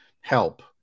help